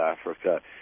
Africa